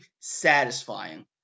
satisfying